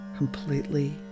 completely